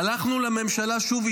הלכנו לממשלה שוב,